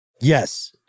Yes